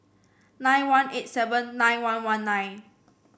nine one eight seven nine one one nine